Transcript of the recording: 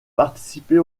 participer